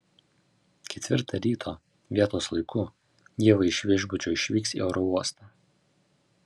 ketvirtą ryto vietos laiku ieva iš viešbučio išvyks į oro uostą